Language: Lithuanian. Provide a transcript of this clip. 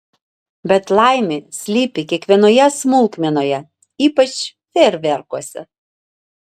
bet laimė slypi kiekvienoje smulkmenoje ypač fejerverkuose